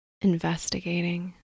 Investigating